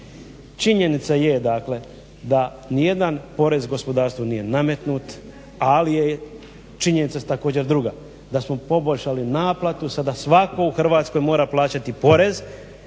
Činjenica je dakle da nijedan porez u gospodarstvu nije nametnut ali je činjenica također druga. Da smo poboljšali naplatu, sada svatko u Hrvatskoj mora plaćati porez